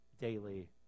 daily